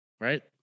right